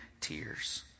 tears